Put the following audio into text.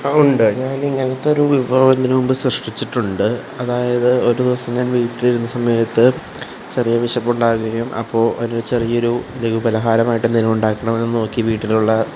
അതുണ്ട് ഞാന് ഇങ്ങനത്തൊരു വിഭവം ഇതിന് മുമ്പ് സൃഷ്ടിച്ചിട്ടുണ്ട് അതായത് ഒരുദിസം ഞാന് വീട്ടിലിരുന്ന സമയത്ത് ചെറിയ വിശപ്പുണ്ടാവുകയും അപ്പോള് ഒരു ചെറിയൊരു ലഘു പലഹാരമായിട്ട് എന്തേലും ഉണ്ടാക്കണമെന്ന് നോക്കി വീട്ടിലുള്ള